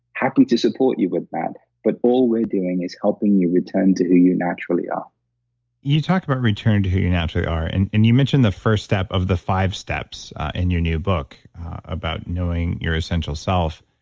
happy to support you with that. but all we're doing is helping you return to who you naturally are you talked about return to who you naturally are. and and you mentioned the first step of the five steps in and your new book about knowing your essential self.